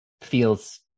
feels